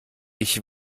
ich